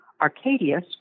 Arcadius